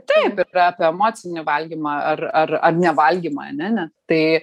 taip yra apie emocinį valgymą ar ar ar nevalgymą ane ne tai